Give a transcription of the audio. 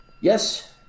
Yes